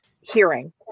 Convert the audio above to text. hearing